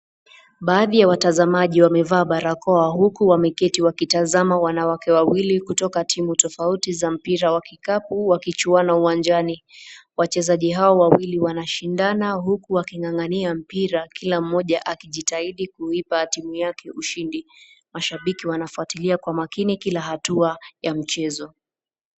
Baadi ya watasamaji wamevaa barakoa huku wameketi wakitasama wanawake wawili kutoka timu tofauti za mpira wa kikabu wakijuana uwanjani. Wachezaji hawa wawili wanashindana huku wakingangania mpira kila mmoja akijitahidi kuipa timu yake ushindi. Mashabiki wanafuatilia kwa umakini kila hatua ya mchezo.